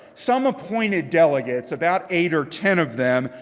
some appointed delegates, about eight or ten of them,